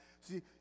See